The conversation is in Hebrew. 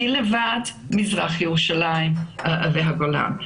מלבד מזרח ירושלים והגולן.